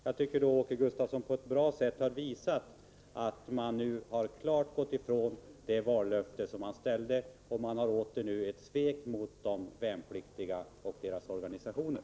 Jag tycker att Åke Gustavsson på ett bra sätt har visat att man nu helt klart har gått ifrån det vallöfte man utställde. Man har åter svikit de värnpliktiga och deras organisationer.